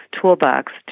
toolbox